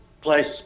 place